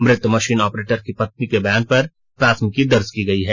मृत machine operator की पत्नी के बयान पर प्राथमिकी दर्ज की गई है